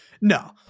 No